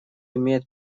имеет